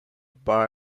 bar